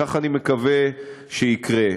כך אני מקווה שיקרה.